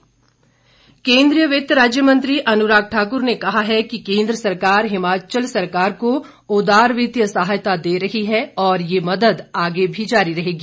अनुराग केंद्रीय वित्त राज्य मंत्री अनुराग ठाकुर ने कहा है कि केंद्र सरकार हिमाचल सरकार को उदार वित्तीय सहायता दे रही है और यह मदद आगे भी जारी रहेगी